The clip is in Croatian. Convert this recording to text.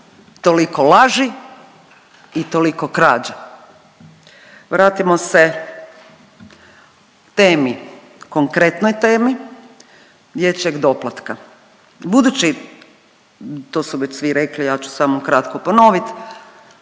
toliko laži i toliko krađa. Vratimo se temi, konkretnoj temi dječjeg doplatka. Budući to su već svi rekli ja ću samo kratko ponoviti